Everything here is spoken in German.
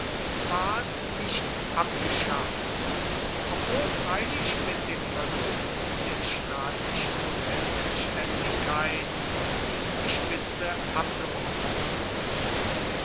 ward nicht abgeschafft obwohl freilich mit dem verlust der staatlichen selbständigkeit ihm die spitze abgebrochen war